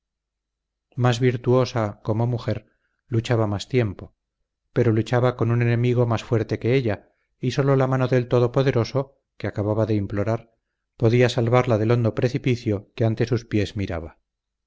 más virtuosa como mujer luchaba más tiempo pero luchaba con un enemigo más fuerte que ella y sólo la mano del todopoderoso que acababa de implorar podía salvarla del hondo precipicio que ante sus pies miraba